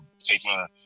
taking